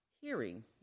hearing